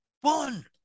one